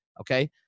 okay